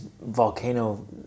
volcano